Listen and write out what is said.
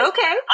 Okay